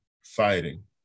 fighting